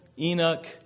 Enoch